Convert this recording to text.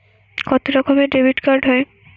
কত রকমের ডেবিটকার্ড হয়?